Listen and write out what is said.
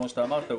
כמו שאמרת,